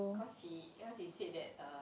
because he he said that err